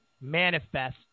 manifest